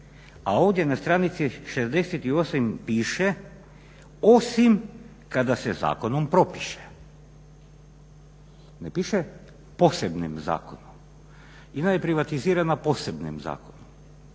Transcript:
a ovdje na stranici 68 piše osim kada se zakonom propiše. Ne piše posebnim zakonom. INA je privatizirana posebnim zakonom.